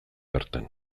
bertan